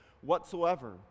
whatsoever